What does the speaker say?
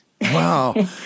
Wow